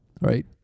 right